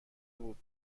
بود